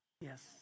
Yes